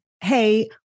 Hey